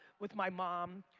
with my mom.